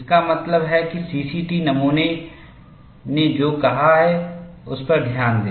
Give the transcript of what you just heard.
इसका मतलब है कि C C T नमूना ने जो कहा है उस पर ध्यान दें